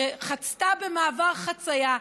שחצתה במעבר חצייה,